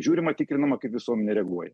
žiūrima tikrinama kaip visuomenė reaguoja